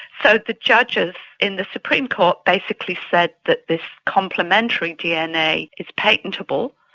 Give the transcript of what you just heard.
so the judges in the supreme court basically said that this complementary dna is patentable,